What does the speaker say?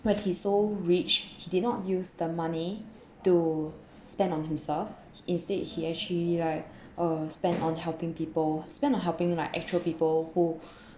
but he's so rich he did not use the money to spend on himself instead he actually like uh spend on helping people spend on helping like actual people who